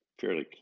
fairly